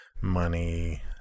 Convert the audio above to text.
money